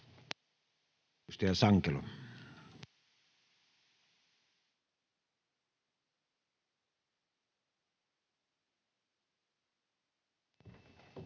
Kiitos.